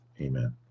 Amen